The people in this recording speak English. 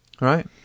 Right